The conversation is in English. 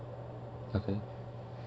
okay